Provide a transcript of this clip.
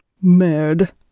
mad